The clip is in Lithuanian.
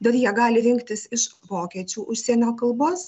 dar jie gali rinktis iš vokiečių užsienio kalbos